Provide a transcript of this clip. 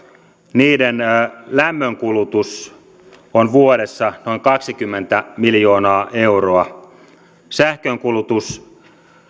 niiden lämmönkulutus on vuodessa noin kaksikymmentä miljoonaa euroa sähkönkulutus